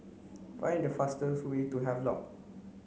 find the fastest way to Havelock